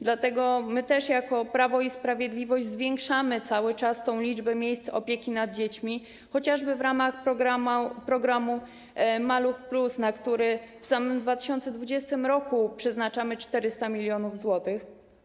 Dlatego jako Prawo i Sprawiedliwość zwiększamy cały czas liczbę miejsc opieki nad dziećmi, chociażby w ramach programu „Maluch+”, na który w samym 2020 r. przeznaczamy 400 mln zł.